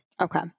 Okay